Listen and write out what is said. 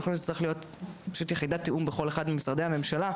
אנחנו צריכים שתהיה יחידת תיאום בכל אחד ממשרדי הממשלה,